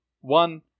one